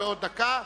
ועוד דקה,